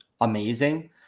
amazing